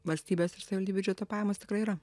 valstybės ir savivaldybių biudžeto pajamas tikrai yra